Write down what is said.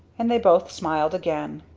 and they both smiled again.